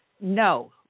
No